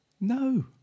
No